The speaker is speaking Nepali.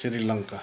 श्री लङ्का